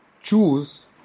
choose